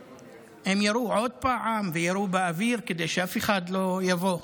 הם ירו עוד פעם וירו באוויר כדי שאף אחד לא יבוא.